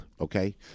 Okay